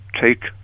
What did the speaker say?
take